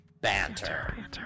banter